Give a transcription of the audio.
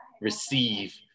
receive –